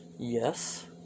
Yes